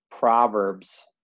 Proverbs